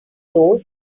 those